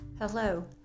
Hello